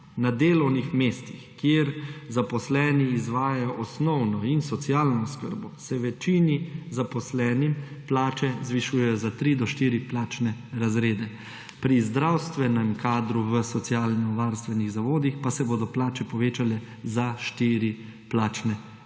Na delovnih mestih, kjer zaposleni izvajajo osnovno in socialno oskrbo, se večini zaposlenim plače zvišujejo za 3 do 4 plačne razrede. Pri zdravstvenem kadru v socialno-varstvenih zavodih pa se bodo plače povečale za 4 plačne razrede.